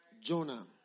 Jonah